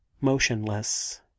motionless